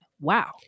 Wow